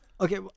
okay